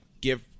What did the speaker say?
give